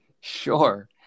Sure